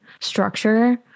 structure